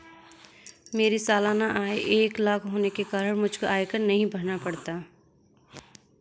मेरी सालाना आय एक लाख होने के कारण मुझको आयकर नहीं भरना पड़ता